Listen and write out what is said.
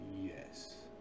yes